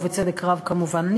ובצדק רב כמובן.